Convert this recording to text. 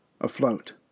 afloat